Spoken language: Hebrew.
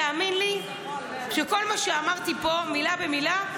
תאמין לי שכל מה שאמרתי פה מילה במילה,